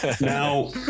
now